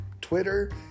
Twitter